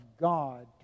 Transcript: God